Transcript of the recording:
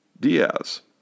Diaz